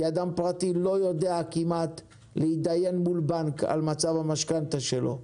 אדם פרטי כמעט ולא יודע להידיין מול בנק על מצב המשכנתא שלו.